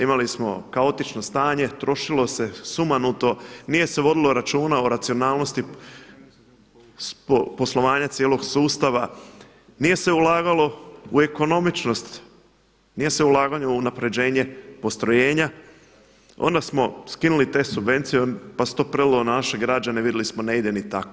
Imali smo kaotično stanje, trošilo se sumanuto, nije se vodilo računa o racionalnosti poslovanja cijelog sustava, nije se ulagalo u ekonomičnost, nije se ulagalo u unapređenje postrojenja, onda smo skinuli te subvencije pa se to prelilo na naše građane, vidjeli smo ne ide ni tako.